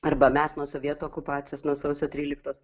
arba mes nuo sovietų okupacijos nuo sausio tryliktos